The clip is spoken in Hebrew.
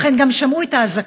אך הן גם שמעו את האזעקות,